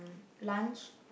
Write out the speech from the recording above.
lunch